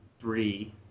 three